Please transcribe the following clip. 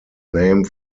name